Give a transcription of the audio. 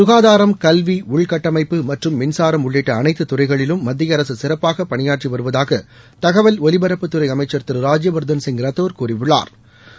சுகாதாரம் கல்வி உள்கட்டமைப்பு மற்றும் மின்சாரம் உள்ளிட்ட அனைத்து துறைகளிலும் மத்திய அரசு சிறப்பாக பணியாற்றி வருவதாக தகவல் ஒலிபரப்புத்துறை அமைச்சள் திரு ராஜ்ய வாதன் சிங் ரத்தோா கூறியுள்ளாா்